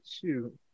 shoot